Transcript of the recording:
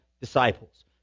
disciples